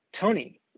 Tony